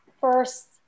first